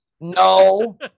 No